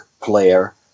player